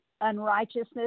unrighteousness